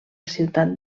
ciutat